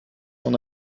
son